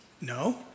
no